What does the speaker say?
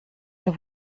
der